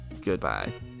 goodbye